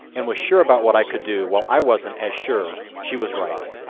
and was sure about what i could do, while i wasn't as sure. she was right.